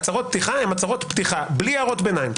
הצהרות פתיחה הן הצהרות פתיחה, בלי הערות ביניים.